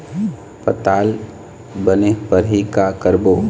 पताल बने फरही का करबो?